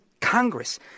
Congress